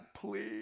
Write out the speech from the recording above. please